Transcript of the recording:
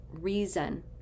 reason